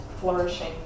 flourishing